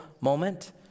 moment